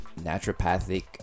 naturopathic